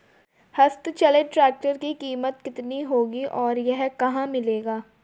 हस्त चलित ट्रैक्टर की कीमत कितनी होगी और यह कहाँ मिलेगा?